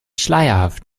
schleierhaft